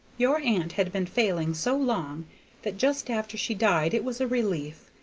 your aunt had been failin' so long that just after she died it was a relief,